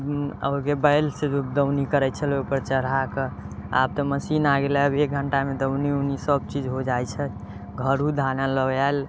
आबके बैलसँ दौनी करै छलै ओकर चढ़ाके आब तऽ मशीन आ गेलै अभी एक घण्टामे दौनी औनी सब चीज हो जाइ छै घरो धान लअ आयल